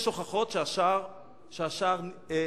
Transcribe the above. יש הוכחות שהשער נפגע,